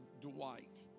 Dwight